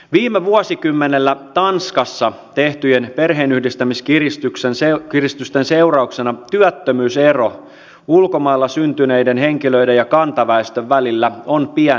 viime vuosikymmenellä tanskassa tehtyjen perheenyhdistämiskiristysten seurauksena työttömyysero ulkomailla syntyneiden henkilöiden ja kantaväestön välillä on pienentynyt